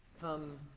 come